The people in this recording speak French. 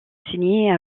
signer